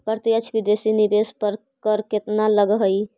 प्रत्यक्ष विदेशी निवेश पर कर केतना लगऽ हइ?